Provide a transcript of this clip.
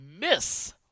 Miss